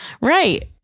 Right